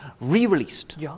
re-released